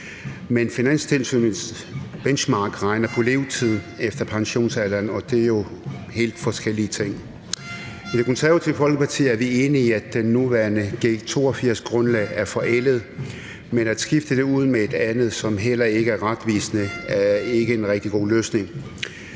men Finanstilsynets Benchmark regner på levetiden efter pensionsalderen, og det er jo to helt forskellige ting. I Det Konservative Folkeparti er vi enige i, at det nuværende G82-grundlag er forældet, men at skifte det ud med et andet, som heller ikke er retvisende, er ikke en rigtig god løsning.